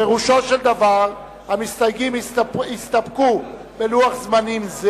פירושו של דבר שהמסתייגים יסתפקו בלוח זמנים זה.